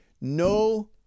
no